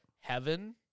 heaven